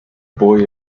boy